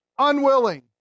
unwilling